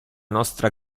nostra